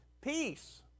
Peace